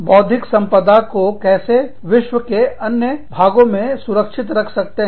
बौद्धिक संपदा को कैसे विश्व के अन्य भागों में सुरक्षित रख सकते हैं